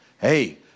Hey